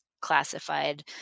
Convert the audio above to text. classified